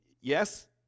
Yes